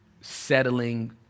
settling